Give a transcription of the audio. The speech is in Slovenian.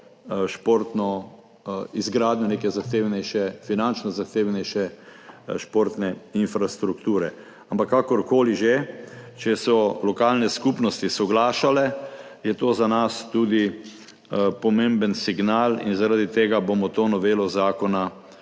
izvedle izgradnjo neke finančno zahtevnejše športne infrastrukture, ampak kakorkoli že, če so lokalne skupnosti soglašale, je to za nas pomemben signal in zaradi tega bomo to novelo zakona